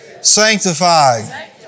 sanctified